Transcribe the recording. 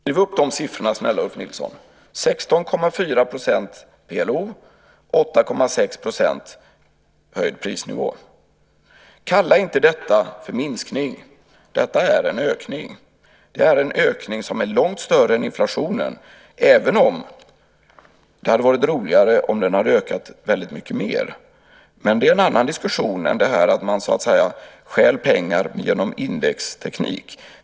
Skriv upp de här siffrorna, snälla Ulf Nilsson: 16,4 % PLO, 8,6 % höjd prisnivå. Kalla inte detta för minskning! Detta är en ökning. Det är en ökning som är långt större än inflationen, även om det hade varit roligare om den hade ökat väldigt mycket mer. Men det är en annan diskussion än att man så att säga stjäl pengar genom indexteknik.